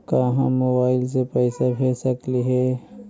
का हम मोबाईल से पैसा भेज सकली हे?